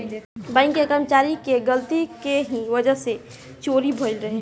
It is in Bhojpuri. बैंक के कर्मचारी के गलती के ही वजह से चोरी भईल रहे